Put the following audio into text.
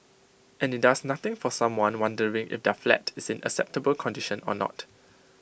and IT does nothing for someone wondering if their flat is in acceptable condition or not